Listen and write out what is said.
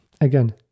Again